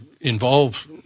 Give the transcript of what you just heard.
involve